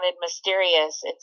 mysterious